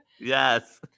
Yes